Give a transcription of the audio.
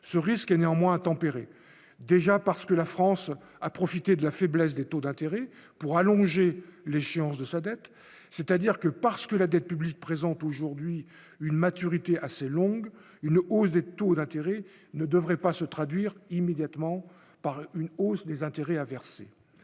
ce risque est néanmoins tempéré déjà parce que la France a profité de la faiblesse des taux d'intérêt pour allonger l'échéance de sa dette, c'est-à-dire que parce que la dette publique présente aujourd'hui une maturité assez longue, une hausse des taux d'intérêt ne devrait pas se traduire immédiatement par une hausse des intérêts à verser,